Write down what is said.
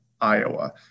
Iowa